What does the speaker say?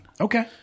Okay